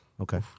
Okay